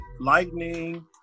lightning